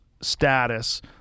status